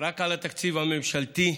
רק על התקציב הממשלתי,